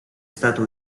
stato